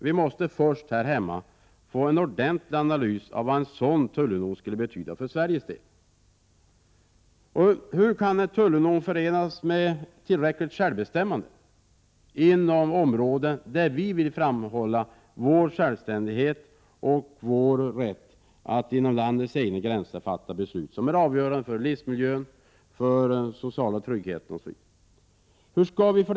Vi måste först få en ordentlig analys av vad en sådan tullunion skulle betyda för Sveriges del. Hur kan en tullunion förenas med ett tillfredsställande självbestämmande inom områden där vi vill framhålla vår självständighet och vår rätt att inom landets egna gränser fatta beslut som är avgörande för livsmiljön, för den sociala tryggheten osv.?